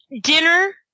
Dinner